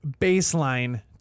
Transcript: baseline